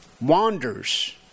wanders